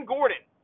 Gordon